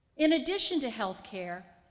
in addition to healthcare,